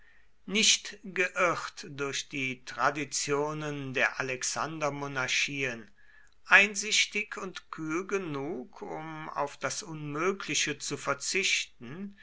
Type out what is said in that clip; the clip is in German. nicht geirrt durch die traditionen der alexandermonarchien einsichtig und kühl genug um auf das unmögliche zu verzichten